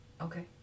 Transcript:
Okay